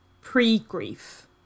pre-grief